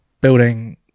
building